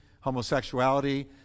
homosexuality